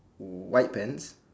white pants